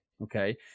okay